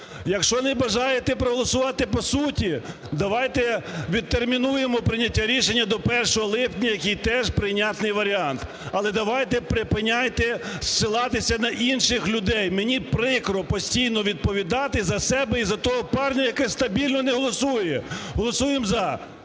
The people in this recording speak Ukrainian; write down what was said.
Якщо не бажаєте проголосувати по суті, давайте відтермінуємо прийняття рішення до 1 липня, який теж прийнятний варіант, але давайте припиняйте зсилатися на інших людей. Мені прикро постійно відповідати за себе і за того парня, який стабільно не голосує. Голосуємо "за".